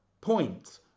point